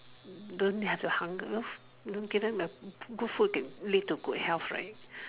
don't have to hunger give them a good food can lead to good health right